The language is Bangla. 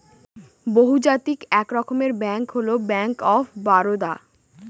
বহুজাতিক এক রকমের ব্যাঙ্ক হল ব্যাঙ্ক অফ বারদা